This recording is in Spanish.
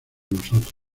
nosotros